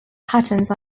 patterns